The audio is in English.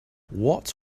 what